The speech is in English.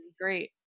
great